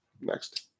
next